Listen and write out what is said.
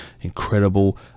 incredible